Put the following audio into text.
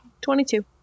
Twenty-two